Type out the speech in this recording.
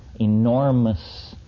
enormous